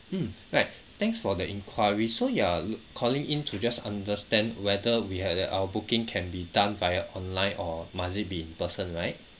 mm right thanks for the inquiries so you're lo~ calling in to just understand whether we ha~ our booking can be done via online or must it be in person right